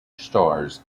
stars